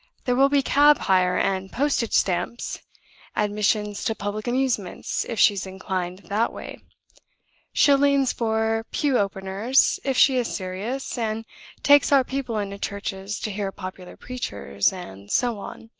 there will be cab hire, and postage-stamps admissions to public amusements, if she is inclined that way shillings for pew-openers, if she is serious, and takes our people into churches to hear popular preachers, and so on.